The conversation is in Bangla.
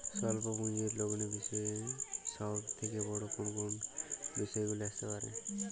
স্বল্প পুঁজির লগ্নি বিষয়ে সব থেকে বড় কোন কোন বিপদগুলি আসতে পারে?